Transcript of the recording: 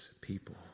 people